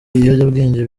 ibiyobyabwenge